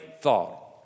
thought